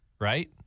right